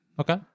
Okay